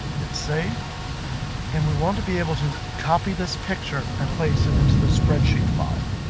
hit save and we want to be able to copy this picture and place it into the spreadsheet file.